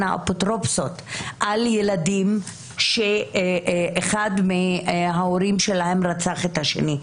האפוטרופסות על ילדים שאחד מההורים שלהם רצח את השני,